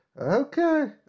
Okay